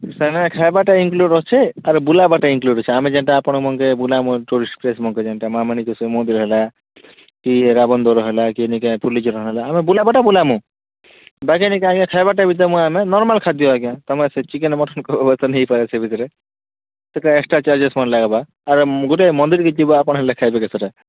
ସେନେ ଖାଇବାଟା ଇନ୍କ୍ଲୁଡ଼୍ ଅଛେ ଆର୍ ବୁଲାବାଟା ଇନ୍କ୍ଲୁଡ଼୍ ଅଛି ଆମେ ଯେନ୍ତା ଆପଣ ମାନଙ୍କେ ବୁଲାବୁ ଟୁରିଷ୍ଟ୍ ପ୍ଲେସ୍ମାନଙ୍କେ ଯେନ୍ତା ମା' ମାଣିକେଶ୍ୱର୍ ମନ୍ଦିର୍ ହେଲା କି ରାବଣ୍ ଦ୍ୱାର ହେଲା କି ନିକେ ପୁର୍ଲିଝରଣ୍ ହେଲା ଆମେ ବୁଲାବାଟା ବୁଲାମୁଁ ବାକି ନିକେ ଆଜ୍ଞା ଖାଇବାଟା ଦବୁଁ ଆମେ ନର୍ମାଲ୍ ଖାଦ୍ୟ ଆଜ୍ଞା ତମର୍ ସେ ଚିକେନ୍ ମଟନ୍ କହିବ ତ ନାଇଁ ହେଇପାରେ ସେ ଭିତରେ ସେଟା ଏକ୍ସଟ୍ରା ଚାର୍ଜେସ୍ ମାନେ ଲାଗ୍ବା ଆରେ ଗୋଟେ ମନ୍ଦିର୍କେ ଯିବା ଆପଣ ହେଲେ ଖାଇପାରିବେ ସେଠି